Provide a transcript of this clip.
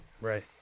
Right